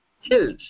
hills